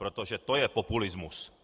Protože to je populismus.